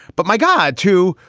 but my god, too,